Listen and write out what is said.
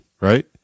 right